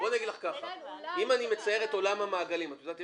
אם אני אצייר את עולם המעגלים את יודעת,